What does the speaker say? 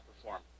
perform